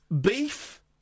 beef